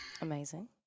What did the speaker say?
Amazing